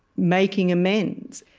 making amends?